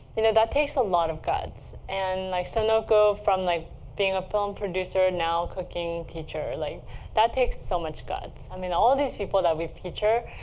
you know that takes a lot of guts. and like sonoko, from like being a film producer now cooking teacher, like that takes so much guts. i mean all these people that we feature